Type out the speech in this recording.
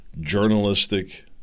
journalistic